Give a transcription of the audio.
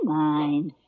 mind